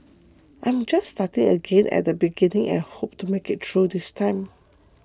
I'm just starting again at the beginning and hope to make it through this time